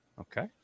Okay